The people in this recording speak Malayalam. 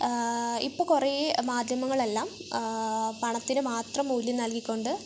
ഇപ്പോൾ കുറേ മാധ്യമങ്ങളെല്ലാം പണത്തിന് മാത്രം മൂല്യം നൽകിക്കൊണ്ട്